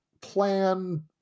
plan